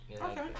Okay